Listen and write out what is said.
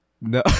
No